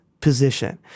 position